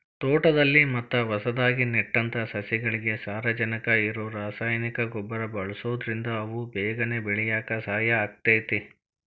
ತೋಟದಲ್ಲಿ ಮತ್ತ ಹೊಸದಾಗಿ ನೆಟ್ಟಂತ ಸಸಿಗಳಿಗೆ ಸಾರಜನಕ ಇರೋ ರಾಸಾಯನಿಕ ಗೊಬ್ಬರ ಬಳ್ಸೋದ್ರಿಂದ ಅವು ಬೇಗನೆ ಬೆಳ್ಯಾಕ ಸಹಾಯ ಆಗ್ತೇತಿ